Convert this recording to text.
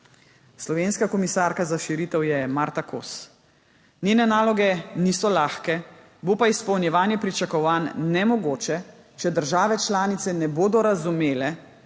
Slovenska komisarka za širitev je Marta Kos. Njene naloge niso lahke, bo pa izpolnjevanje pričakovanj nemogoče, če države članice ne bodo razumele,